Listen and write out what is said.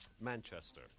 Manchester